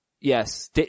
Yes